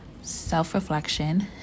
self-reflection